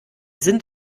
sind